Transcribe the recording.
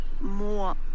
more